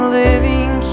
living